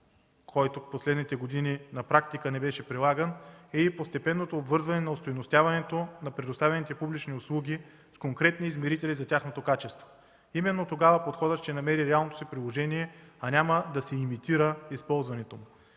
който в последните години на практика не беше прилаган, е и постепенното обвързване на остойностяването на предоставените публични услуги с конкретни измерители за тяхното качество. Именно тогава подходът ще намери реалното си приложение, а няма да се имитира използването му.